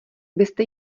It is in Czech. byste